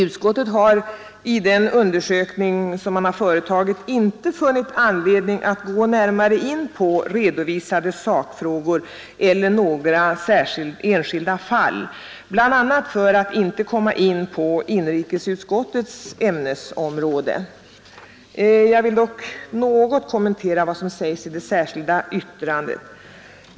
Utskottet har i den undersökning som nu företagits inte funnit anledning att gå närmare in på redovisade sakfrågor eller några enskilda fall, bl.a. för att ej komma in på inrikesutskottets ämnesområde. Jag vill dock något kommentera vad som sägs i det särskilda yttrandet.